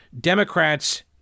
Democrats